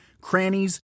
crannies